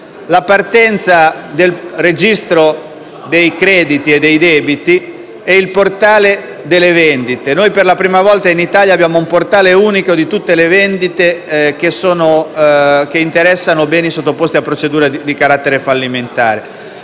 la partenza del registro dei crediti e dei debiti e il portale delle vendite. Per la prima volta in Italia abbiamo un portale unico di tutte le vendite che interessano i beni sottoposti a procedura di carattere fallimentare.